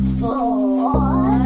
four